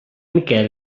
miquel